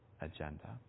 agenda